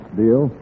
deal